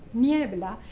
niebla,